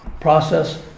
process